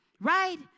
right